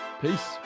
peace